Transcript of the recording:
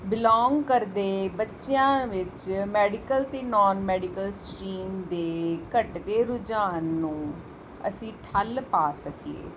belong ਕਰਦੇ ਬੱਚਿਆਂ ਵਿੱਚ ਮੈਡੀਕਲ ਅਤੇ ਨੋਨ ਮੈਡੀਕਲ ਸਟਰੀਮ ਦੇ ਘਟਦੇ ਰੁਝਾਨ ਨੂੰ ਅਸੀਂ ਠੱਲ ਪਾ ਸਕੀਏ